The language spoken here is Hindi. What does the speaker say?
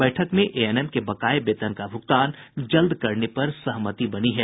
बैठक में एएनएम के बकाये वेतन का भूगतान जल्द करने पर सहमति बनी है